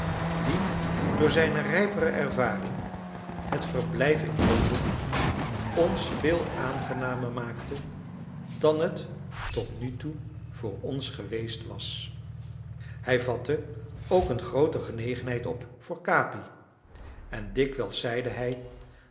die door zijne rijpere ervaring het verblijf in londen ons veel aangenamer maakte dan het tot nu toe voor ons geweest was hij vatte ook een groote genegenheid op voor capi en dikwijls zeide hij